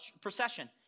procession